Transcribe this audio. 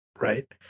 right